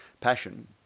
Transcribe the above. passion